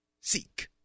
seek